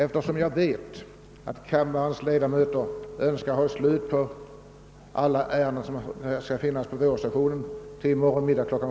Eftersom jag vet att kammarens ledamöter önskar att alla under vårsessionen återstående ärenden skall vara färdigbehandlade till i morgon kl.